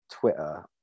Twitter